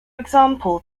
example